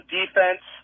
defense